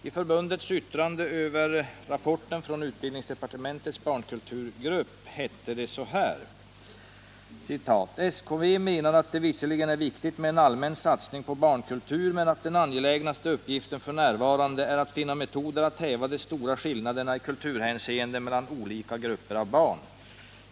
I förbundets yttrande över rapporten från utbildningsdepartementets barnkulturgrupp heter det bl.a.: ”SKV menar att det visserligen är viktigt med en allmän satsning på barnkultur, men att den angelägnaste uppgiften för närvarande är att finna metoder att häva de stora skillnaderna i kulturhänseende mellan olika grupper av barn.